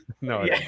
No